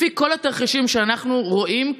לפי כל התרחישים שאנחנו רואים,